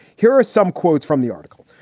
here are some quotes from the article.